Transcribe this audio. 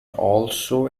also